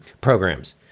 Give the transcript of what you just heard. programs